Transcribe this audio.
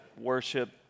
worship